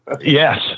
yes